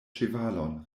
ĉevalon